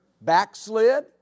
backslid